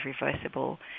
reversible